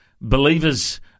believers